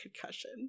concussion